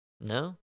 No